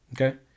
Okay